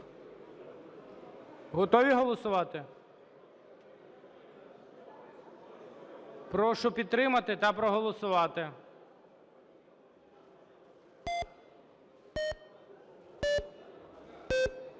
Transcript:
Готові голосувати? Прошу підтримати та проголосувати.